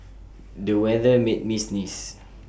the weather made me sneeze